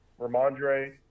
Ramondre